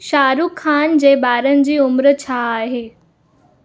शाहरुख खान जे ॿारनि जी उमिरि छा आहे